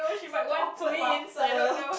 such awkward laughter